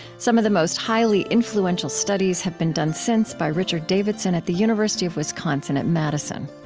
some of the most highly influential studies have been done since by richard davidson at the university of wisconsin at madison.